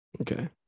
Okay